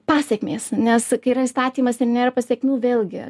pasekmės nes kai yra įstatymas ir nėra pasekmių vėlgi